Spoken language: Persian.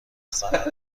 صنعت